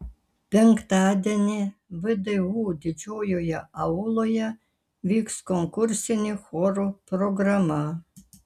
penktadienį vdu didžiojoje auloje vyks konkursinė chorų programa